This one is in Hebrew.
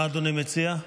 מה אדוני מציע?